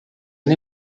han